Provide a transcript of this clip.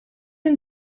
een